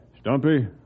Stumpy